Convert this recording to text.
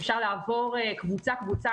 אפשר לעבור קבוצה-קבוצה.